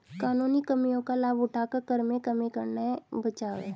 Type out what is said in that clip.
कानूनी कमियों का लाभ उठाकर कर में कमी करना कर बचाव है